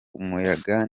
umuyaga